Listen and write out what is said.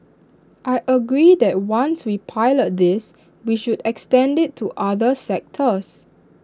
I agree that once we pilot this we should extend IT to other sectors